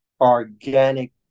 organic